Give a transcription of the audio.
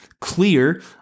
clear